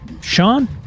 Sean